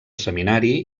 seminari